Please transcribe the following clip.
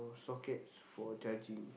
sockets for charging